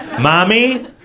Mommy